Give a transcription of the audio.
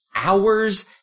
Hours